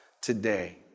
today